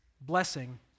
blessing